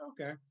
okay